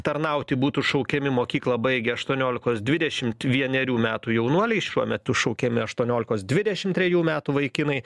tarnauti būtų šaukiami mokyklą baigę aštuoniolikos dvidešimt vienerių metų jaunuoliai šiuo metu šaukiami aštuoniolikos dvidešimt trejų metų vaikinai